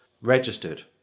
registered